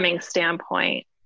standpoint